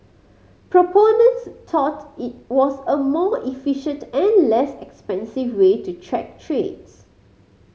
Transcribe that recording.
proponents tout it was a more efficient and less expensive way to track trades